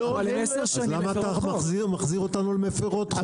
אז למה אתה מחזיר אותנו למפירות חוק?